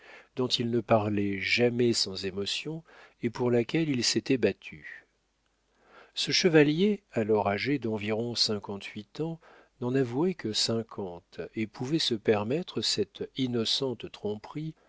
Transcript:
dont il ne parlait jamais sans émotion et pour laquelle il s'était battu ce chevalier alors âgé d'environ cinquante-huit ans n'en avouait que cinquante et pouvait se permettre cette innocente